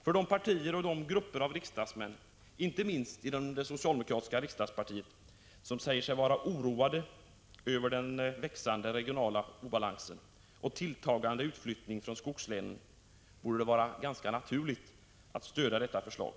För de partier och de grupper av riksdagsmän, inte minst de som tillhör det socialdemokratiska regeringspartiet, som säger sig vara oroade över växande regionala obalanser och tilltagande utflyttning från skogslänen borde det vara ganska naturligt att stödja detta förslag.